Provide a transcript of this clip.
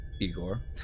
Igor